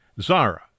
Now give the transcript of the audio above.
Zara